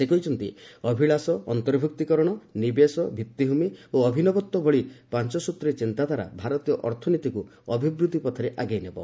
ସେ କହିଛନ୍ତି ଅଭିଳାଶ ଅନ୍ତର୍ଭୁକ୍ତୀକରଣ ନିବେଶ ଭିଭିଭୂମି ଓ ଅଭିନବତ୍ୱ ଭଳି ପାଞ୍ଚସୂତ୍ରୀ ଚିନ୍ତାଧାରା ଭାରତୀୟ ଅର୍ଥନୀତିକୁ ଅଭିବୃଦ୍ଧି ପଥରେ ଆଗେଇ ନେବ